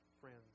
friends